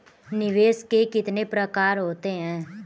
निवेश के कितने प्रकार होते हैं?